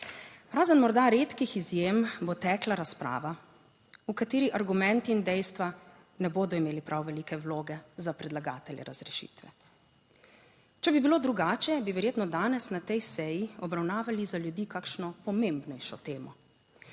Razen morda redkih izjem bo tekla razprava, v kateri argumenti in dejstva ne bodo imeli prav velike vloge za predlagatelje razrešitve. Če bi bilo drugače bi verjetno danes na tej seji obravnavali za ljudi kakšno pomembnejšo temo,